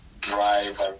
drive